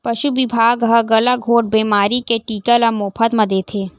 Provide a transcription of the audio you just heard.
पसु बिभाग ह गलाघोंट बेमारी के टीका ल मोफत म देथे